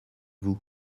vous